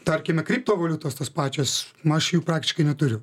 tarkime kriptovaliutos tos pačios aš jų praktiškai neturiu